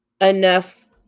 enough